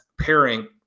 pairing